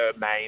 main